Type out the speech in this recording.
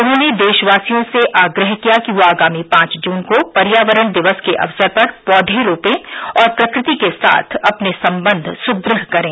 उन्होंने देशवासियों से आग्रह किया कि वे आगामी पांच जून को पर्यावरण दिवस के अवसर पर पौधे रोपें और प्रकृति के साथ अपने संबंध सुदृढ करें